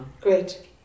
Great